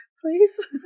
please